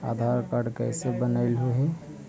आधार card कईसे बनैलहु हे?